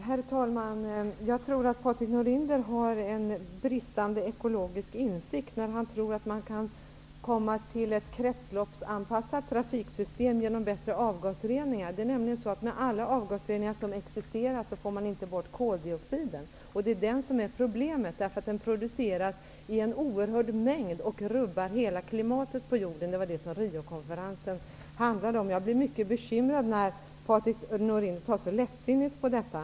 Herr talman! Patrik Norinder har en bristande ekologisk insikt, när han tror att man kan uppnå ett kretsloppsanpassat trafiksystem genom bättre avgasrening. Inte ens med all avgasrening som existerar får man bort koldioxiden. Det är den som är problemet. Den produceras i en oerhörd mängd och rubbar klimatet på hela jorden. Det var det som Riokonferensen handlade om. Jag blir mycket bekymrad när Patrik Norinder tar så lättsinnigt på detta.